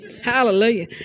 Hallelujah